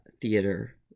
theater